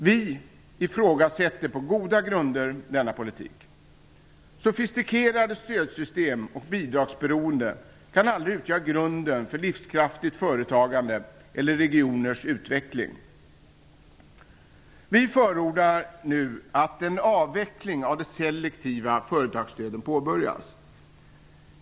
Vi ifrågasätter på goda grunder denna politik. Sofistikerade stödsystem och bidragsberoende kan aldrig utgöra grunden för livskraftigt företagande eller regioners utveckling. Vi förordar nu att en avveckling av de selektiva företagsstöden påbörjas.